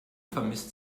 vermisst